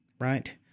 right